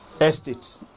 estates